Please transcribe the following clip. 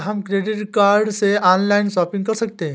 क्या हम credit card से ऑनलाइन शॉपिंग कर सकते हैं?